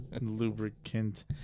lubricant